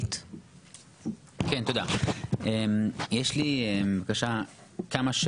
יש לי כמה שאלות למעשה שתי שאלות,